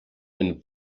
ein